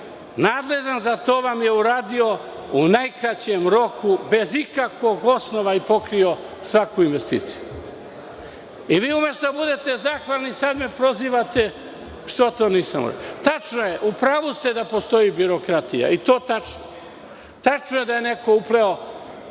nadležan za to vam je uradio u najkraćem mogućem roku, bez ikakvog osnova i pokrio svaku investiciju. I vi umesto da budete zahvalni, sada me prozivate što to nisam uradio. Tačno je i u pravu ste da postoji birokratija. Tačno je da u gradu